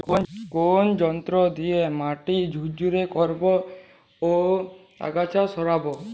কোন যন্ত্র দিয়ে মাটি ঝুরঝুরে করব ও আগাছা সরাবো?